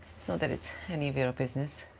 so that it's any of your business.